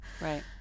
Right